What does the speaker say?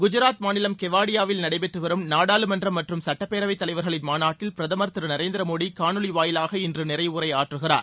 குஜராத் மாநிலம் கெவாடியாவில் நடைபெற்று வரும் நாடாளுமன்றம் மற்றும் சுட்டப்பேரவை தலைவர்களின் மாநாட்டில் பிரதமர் திரு நரேந்திர மோடி காணொளி வாயிலாக இன்று நிறைவுரையாற்றுகிறார்